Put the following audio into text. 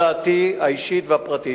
זאת דעתי האישית והפרטית.